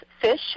fish